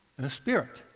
and a spirit.